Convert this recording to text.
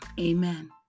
Amen